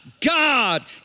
God